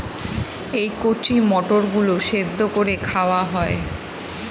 এই কচি মটর গুলো সেদ্ধ করে খাওয়া হয়